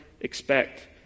expect